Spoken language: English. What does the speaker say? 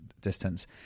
distance